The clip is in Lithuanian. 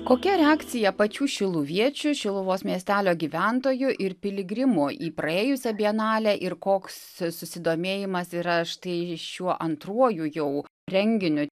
kokia reakcija pačių šiluviečių šiluvos miestelio gyventojų ir piligrimų į praėjusią bienalę ir koks susidomėjimas yra štai šiuo antruoju jau renginiu